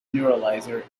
neuralizer